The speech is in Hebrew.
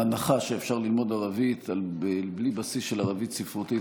ההנחה שאפשר ללמוד ערבית בלי בסיס של ערבית ספרותית,